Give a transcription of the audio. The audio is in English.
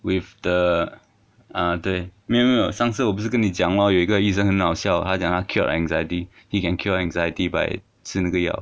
with the 啊对没有没有上次我不是跟你讲有一个医生很好笑他讲他 cure anxiety he can cure anxiety by 吃那个药